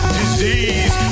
disease